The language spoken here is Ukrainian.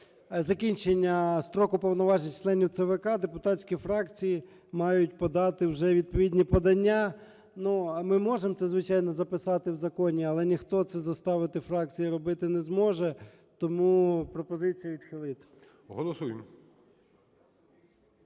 закінчення строку повноважень членів ЦВК, депутатські фракції мають подати вже відповідні подання. Ну, а ми можемо це, звичайно, записати в законі, але ніхто цього заставити фракції робити не зможе. Тому пропозиція відхилити. ГОЛОВУЮЧИЙ.